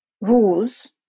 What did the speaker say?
rules